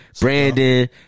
Brandon